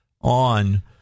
on